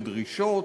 בדרישות,